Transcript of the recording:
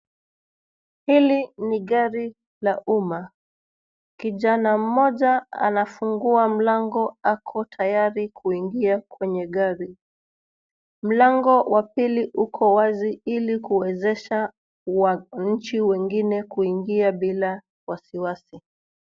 Hili ni gari la umma. Kijana mmoja anafungua mlango ako tayari kuingia kwenye gari. Mlango wa pili uko wazi ili kuwezesha wananchi wengine kuingia bila wasiwasi.